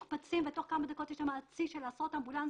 מוקפצים כוחות ותוך כמה דקות יש שם צי של עשרות אמבולנסים,